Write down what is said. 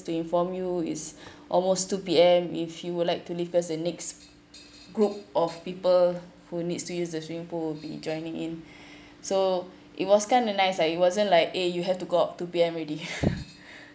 to inform you it's almost two P_M if you would like to leave us the next group of people who needs to use the swimming pool will be joining in so it was kind of nice lah it wasn't like eh you have to go out two P_M already